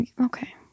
okay